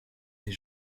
des